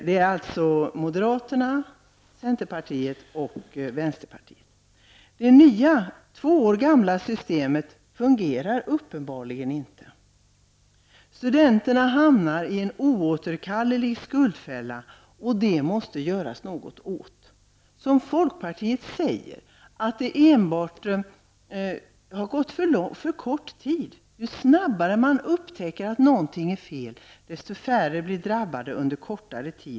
Det nya systemet, som gäller sedan två år tillbaka, fungerar uppenbarligen inte. Studenterna hamnar oåterkalleligen i en skuldfälla. Detta måste vi göra någonting år. Det är inte bra att, som folkpartiet gör, säga att det har gått för kort tid. Ju snabbare ett fel upptäcks, desto färre hinner ju drabbas.